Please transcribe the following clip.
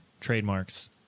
trademarks